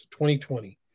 2020